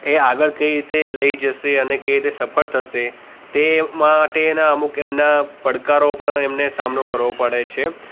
એ આગળ કઈ રીતે લઈ જશે અને કઈ રીતે સફળ થશે તે માટેના અમુક એમના પડકારો પણ એમને સામનો કરવો પડે છે